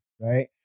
Right